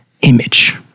image